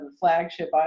flagship